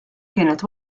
kienet